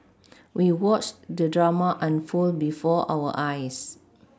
we watched the drama unfold before our eyes